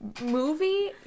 movie